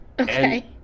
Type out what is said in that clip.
Okay